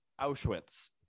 auschwitz